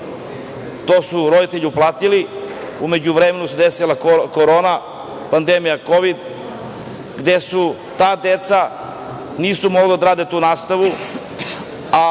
to su roditelji uplatili. U međuvremenu se desila korona, pandemija kovid, gde ta deca nisu mogla da odrade tu nastavu,